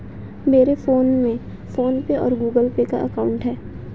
मेरे फोन में PhonePe और गूगल पे का अकाउंट है